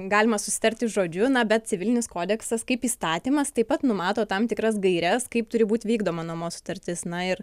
galima susitarti žodžiu na bet civilinis kodeksas kaip įstatymas taip pat numato tam tikras gaires kaip turi būt vykdoma nuomos sutartis na ir